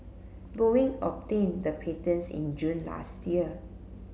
boeing obtained the patents in June last year